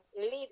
leave